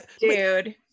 dude